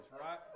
right